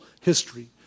history